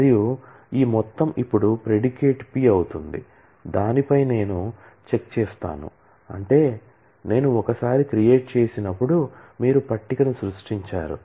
మరియు ఈ మొత్తం ఇప్పుడు ప్రిడికేట్ P అవుతుంది దానిపై నేను చెక్ ఇస్తాను అంటే నేను ఒకసారి క్రియేట్ చేసినపుడు మీరు టేబుల్ ను సృష్టించారు